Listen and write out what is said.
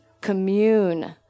Commune